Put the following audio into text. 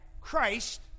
Christ